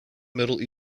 middle